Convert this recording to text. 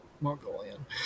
Mongolian